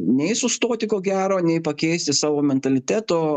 nei sustoti ko gero nei pakeisi savo mentaliteto